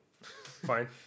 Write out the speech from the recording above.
Fine